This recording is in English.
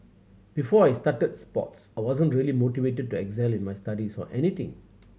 before I started sports I wasn't really motivated to excel in my studies or anything